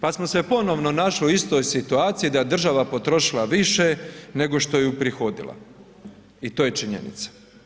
Pa smo se ponovno našli u istoj situaciji da je država potrošila više nego što je uprihodila i to je činjenica.